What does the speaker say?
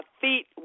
feet